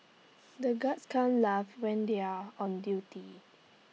the guards can't laugh when they are on duty